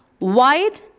Wide